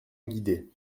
guidé